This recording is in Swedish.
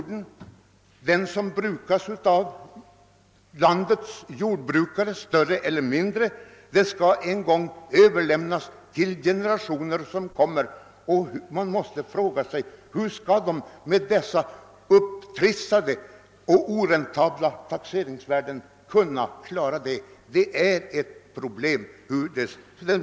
Den jord som odlas av landets jordbrukare skall väl överlämnas till kommande generationer och man måste fråga sig hur dessa skall kunna klara sig med dessa upptrissade taxeringsvärden. Hur denna fråga skall lösas är ett stort problem.